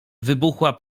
wybuchła